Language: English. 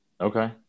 okay